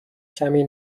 کمی